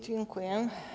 Dziękuję.